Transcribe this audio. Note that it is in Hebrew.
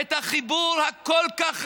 את החיבור החשוב כל כך הזה.